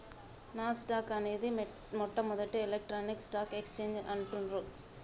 నాస్ dock అనేది మొట్టమొదటి electronic stock exchange అంటుండ్రు